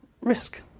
risk